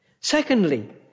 Secondly